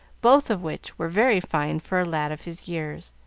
both of which were very fine for a lad of his years.